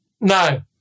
No